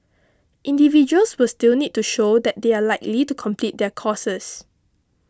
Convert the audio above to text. individuals will still need to show that they are likely to complete their courses